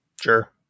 Sure